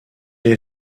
est